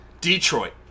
Detroit